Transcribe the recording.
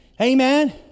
Amen